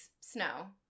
Snow